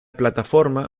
plataforma